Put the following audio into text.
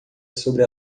sobre